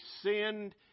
sinned